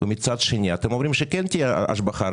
ומצד שני אתם כן אומרים שתהיה השבחה,